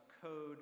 code